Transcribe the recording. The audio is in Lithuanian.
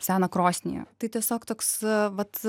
seną krosnį tai tiesiog toks vat